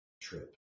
trip